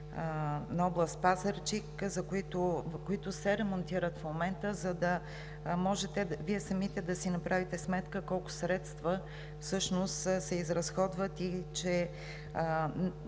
на област Пазарджик, които се ремонтират в момента, за да може Вие самите да си направите сметка колко средства се изразходват и че